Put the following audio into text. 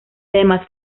además